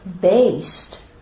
based